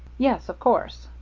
yes, of course,